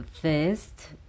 first